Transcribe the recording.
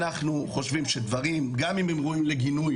אנחנו חושבים שדברים גם אם הם ראויים לגינוי